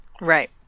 right